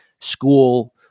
school